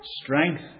Strength